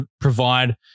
provide